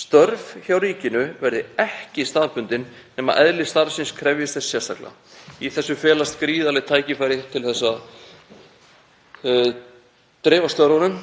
Störf hjá ríkinu verði ekki staðbundin nema eðli starfsins krefjist þess sérstaklega …“ Í þessu felast gríðarleg tækifæri til þess að dreifa störfunum,